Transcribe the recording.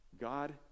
God